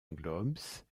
globes